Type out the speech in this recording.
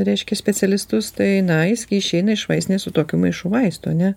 reiškia specialistus tai na jis gi išeina iš vaistinės su tokiu maišu vaistų ane